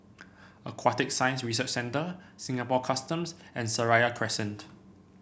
Aquatic Science Research Centre Singapore Customs and Seraya Crescent